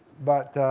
but